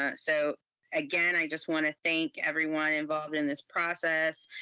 um so again, i just want to thank everyone involved in this process.